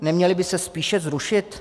Neměly by se spíše zrušit?